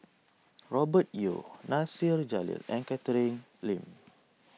Robert Yeo Nasir Jalil and Catherine Lim